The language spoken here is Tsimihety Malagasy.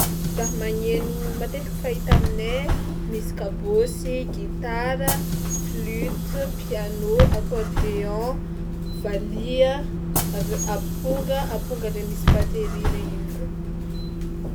Raha magneno matetika fahita aminay: misy kabôsy, gitara, flûte, piano, accordéon, valiha, avy eo amponga, amponga le misy batery regny ihany koa.